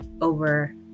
over